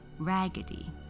Raggedy